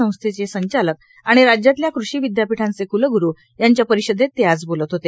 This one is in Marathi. संस्थेचे संचालक आणि राज्यातल्या कृषी विद्यापीठांचे कुलग्रु यांच्या परिषदेत ते आज बोलत होते